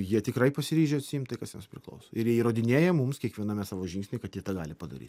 jie tikrai pasiryžę atsiimt tai kas jiems priklauso ir jie įrodinėja mums kiekviename savo žingsnyje kad jie tą gali padaryt